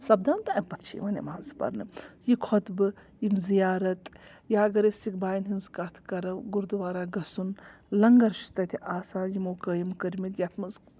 سَپدان تہٕ اَمہِ پَتہٕ چھِ یِوان نٮ۪ماز پَرنہٕ یہِ خۄطبہٕ یِم زِیارت یا اگر أسۍ سِکھ بایَن ہٕنٛز کَتھ کَرو گُرودوارا گژھُن لَنگَر چھِ تَتہِ آسان یِمو قٲیِم کٔرمٕتۍ یَتھ منٛز